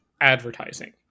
advertising